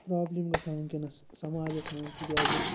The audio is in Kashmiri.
پرٛابلِم گَژھان وٕنۍکٮ۪نَس سَماجَس منٛز تِکیٛازِ حظ